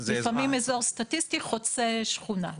לפעמים אזור סטטיסטי חוצה שכונה.